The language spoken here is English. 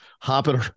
hopping